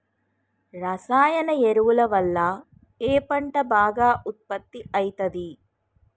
రసాయన ఎరువుల వల్ల ఏ పంట బాగా ఉత్పత్తి అయితది?